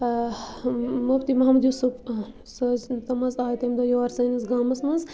مفتی محمد یوٗسُف سُہ حظ تِم حظ آے تمہِ دۄہ یور سٲنِس گامَس منٛز